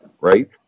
right